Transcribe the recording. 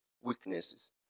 weaknesses